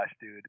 dude